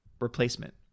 replacement